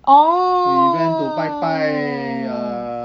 oh